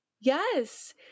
Yes